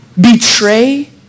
betray